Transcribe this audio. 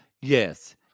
yes